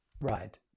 Right